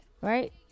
Right